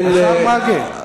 השר מרגי.